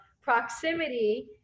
proximity